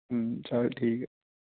ਹਮ ਚੱਲ ਠੀਕ ਹੈ